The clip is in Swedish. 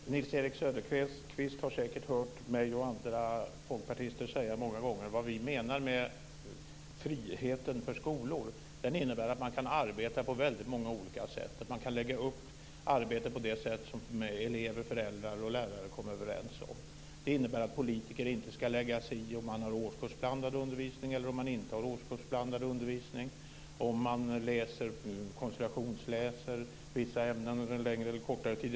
Fru talman! Nils-Erik Söderqvist har säkert många gånger hört mig och andra folkpartister säga vad vi menar med friheten för skolor. Den innebär att man kan arbeta på väldigt många olika sätt. Man kan lägga upp arbetet på det sätt som elever, föräldrar och lärare kommer överens om. Det innebär att politiker inte ska lägga sig i om man har årskursblandad undervisning eller om man inte har det eller om man koncentrationsläser vissa ämnen under längre eller kortare tid.